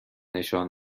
نشان